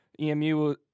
EMU